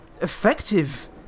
effective